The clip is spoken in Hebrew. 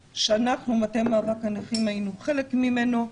שאנחנו, מטה מאבק הנכים, היינו חלק ממנו,